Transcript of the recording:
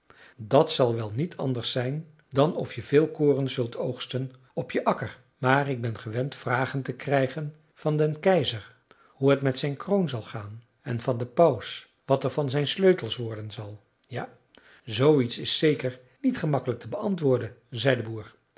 dat zal wel niet anders zijn dan of je veel koren zult oogsten op je akker maar ik ben gewend vragen te krijgen van den keizer hoe t met zijn kroon zal gaan en van den paus wat er van zijn sleutels worden zal ja zooiets is zeker niet gemakkelijk te beantwoorden zei de boer